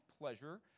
pleasure